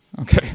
Okay